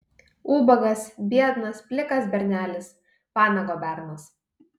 ubagas biednas plikas bernelis vanago bernas